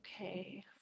Okay